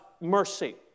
mercy